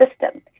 system